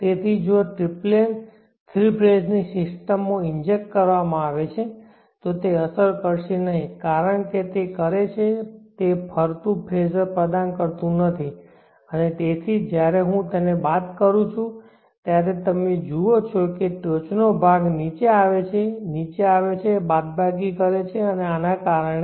તેથી જો triplen three phase ની સિસ્ટમમાં ઇન્જેક્ટ કરવામાં આવે છે તો તે અસર કરશે નહીં કારણ કે તે કરે છે તે ફરતું ફ્રેઝર પ્રદાન કરતું નથી અને તેથી જ્યારે હું તેને બાદ કરું છું ત્યારે તમે જુઓ છો કે ટોચનો ભાગ નીચે આવે છે નીચે જાય છે બાદબાકી કરે છે આના કારણે